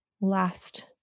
last